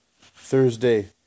Thursday